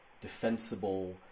defensible